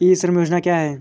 ई श्रम योजना क्या है?